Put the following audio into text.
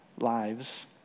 lives